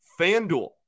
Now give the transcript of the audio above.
FanDuel